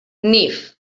nif